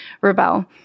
Rebel